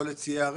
לא לציי רכב.